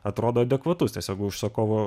atrodo adekvatus tiesiog užsakovo